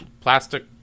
plastic